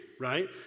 right